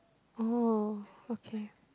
oh okay